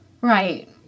Right